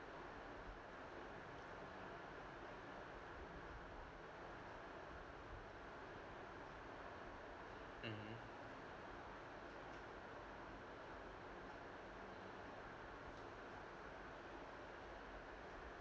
mmhmm